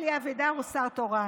אלי אבידר הוא שר תורן.